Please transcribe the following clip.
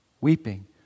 weeping